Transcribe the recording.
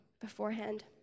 beforehand